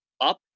up